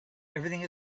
everything